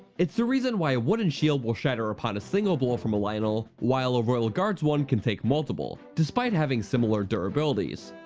it's the reason why a wooden shield will shatter upon a single blow from a lynel, while a royal guards one can take multiple, despite having similar durabilities.